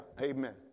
Amen